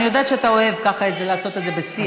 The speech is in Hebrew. אני יודעת שאתה אוהב ככה לעשות את זה בשיח,